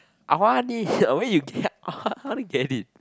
I want this oh where you get I want to get it